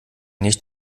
nicht